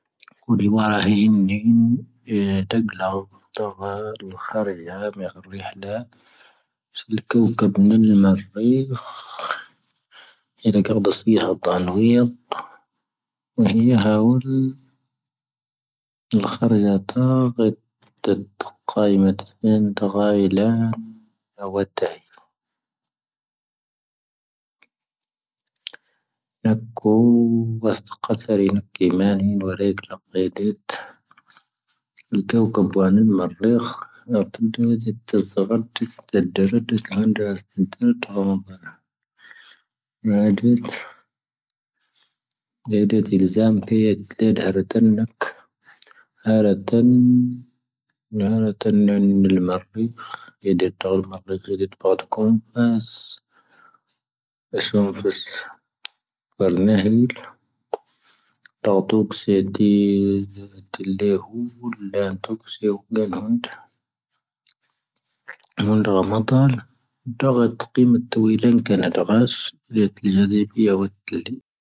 ʻⵇⵓⵍⵉ ⵡⴰ ⵔⴰⵀⵉ ⵉⵏⵏⵉ ʻⵉⵏⵏⵉ ʻⵜⴰⴳⵍⴰⵓ ʻⵜⴰⴳⵍⴰⵓ ʻⵓ'ⵓ ʰⴰⵔⵉⵍⵊā ⵎⴻ ʻⴳⵔⵉⵀⵍⴰ. ʻⵇⵉⵍ ⴽⴰⵡⵇⴰ ʻⴱⵏⵉⵍ ʻⵎāⵔⵔⵉⵇ. ʻⵉⵏⵏⵉ ʰⴳⵇⴰⴷ ʻⴷⴰⵙⵡⵉⵀⴰ ʻⵜāⵏⵡⵉⵢⴰⴷ. ʻⵉⵀⵉⵀⴰ ʻⴰⵡⵉⵍ ʻⵇⴰⵔⵉⵍⵊā ʻⵜⴰⵇⵇⴰ ʻⵜⴰⴷ ʻⵇⴰⵉⵎⴰⵜ ʻⵉⵏⵏⵉ ʻⵜⴰⴳⵍⴰⵓ ʻⵉⵍā ʻⴰⵡⴰⵜā. ʻⵓ'ⵓ ʻⴰⵙⵇⴰ ʻⵜāⵔ ⵉ ⵏⴽⵉⵎāⵏⵉ ʻⵉⵏ ⵡⴰ ʻⵔⴻⵇⵍⴰ ʻⵇⴻⵉⴷⵉⴷ. ʻⵇⴰⵡⵇⴰ ʻⴱⵡⴰⵏⵉ ʻⵎāⵔⵔⵉⵇ. ʻⵉⵏⵏⵉ ʻⵜⴰⴷ ʻⵜⴰⵣⵡⴰⴷ ʻⵜⴰⵙⴷⴰⴷ ʻⴷʻⴰⴷ ʻⵜāⵏⵡⵉⵢⴰⴷ. ʻⵡⴰⵏⴰ ʻⵜⴰⵙⴷⴰⴷ ʻⵜāⵏⵡⵉⵢⴰⴷ. ʻⵡⴰⵏⴰ ʻⴰⴷʻⴰⴷ ʻⴷʻⴰⴷ ʻⴷʻⴰⴷ ʻⵉⵣⴰⵎ pⵉⴰ ʻⴷʻⴰⴷ ʻⵀⴰⵔⴰ ʻⵜⴰⵏⵏⴰⴽ. ʻⵀⴰⵔⴰ ʻⵜⴰⵏⵏ ʻⵀⴰⵔⴰ ʻⵜⴰⵏⵏ ʻⵉⵏⵏⵉ ʻⵎāⵔⵔⵉⵇ. ʻⵉⵉⴷⵉⴷ ʻⵜāⵍ ʻⵎāⵔⵔⵉⵇ ʻⵉⵉⴷⵉⴷ ʻpāⵜⴰⴽoⵏ ʻⴼⴰⵙ. ʻⴰⵙⵡⴰⵎ pⴰⵙ ʻpⴰⵔⵏⴰⵀⵉⵍ ʻⵜⴰʻⵜoⴽ ʻⵙⵉⵢⴰⴷⵉⴷ ʻⵜⵉⵍⴷⴻⵀⵓⵍ ʻⵍʻⴰⵏⵜoⴽ ʻⵙⵉⵢⴰⴷⵉⴷ ʻⴳⴰⵏⴷ. ʻⴰⵎoⵏ ʻⴳⴰⵎⴰⵜāⵍ ʻⴷoⴽⴰⵜ ʻⵇⵉⵎⵉⵜ ʻⵜⴰⵡⵉⵍⴰⵏⴽⴰⵏ ʻⴷoⴽⴰⵙ ʻⵉⵍʻⵜⵉⵍⵊⴰⴷⵉⴷ ʻⴰⵡⴰⵜ ʻⴷʻⵍⵉ.